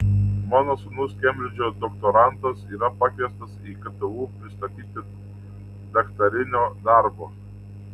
mano sūnus kembridžo doktorantas yra pakviestas į ktu pristatyti daktarinio darbo